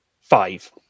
Five